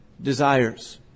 desires